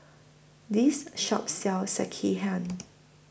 This Shop sells Sekihan